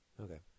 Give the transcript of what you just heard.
Okay